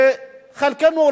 וחלקנו,